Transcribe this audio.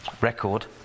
record